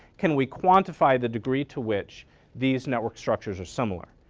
can we quantify the degree to which these network structures are similar?